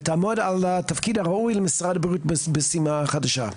ותעמוד על התפקיד הראוי למשרד הבריאות משימה חדשה.